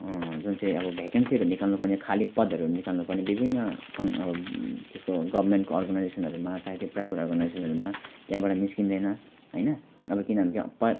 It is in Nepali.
जुन चाहिँ अब भ्याकेन्सीहरू निकाल्नुपर्ने खाली पदहरू निकाल्नुपर्ने विभिन्न सङ्घ अब त्यस्तो विभिन्न गोभर्मेन्टको अर्गनाइजेसनहरूमा चाहे त्यो प्राइभेट अर्गनाइजेसनहरूमा त्याँबाट निस्किँदैन हैन अब किनभने त्यो प